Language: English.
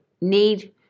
need